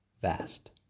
vast